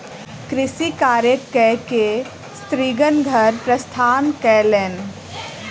कृषि कार्य कय के स्त्रीगण घर प्रस्थान कयलैन